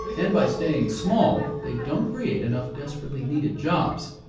and by staying small, they don't create enough desperately needed jobs.